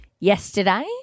yesterday